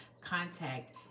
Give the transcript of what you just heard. contact